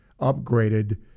upgraded